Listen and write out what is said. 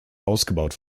ausgebaut